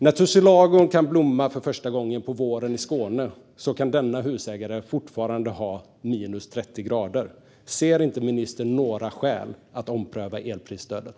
När tussilagon kan blomma för första gången på våren i Skåne kan denna husägare fortfarande ha minus 30 grader. Ser inte ministern några skäl att ompröva elprisstödet?